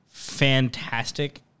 fantastic